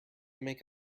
make